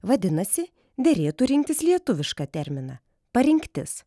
vadinasi derėtų rinktis lietuvišką terminą parinktis